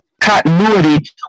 continuity